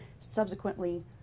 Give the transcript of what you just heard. subsequently